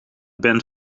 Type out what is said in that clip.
band